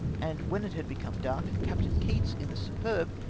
and when it had become dark. captain keats, in the superb,